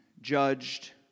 judged